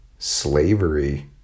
slavery